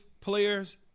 players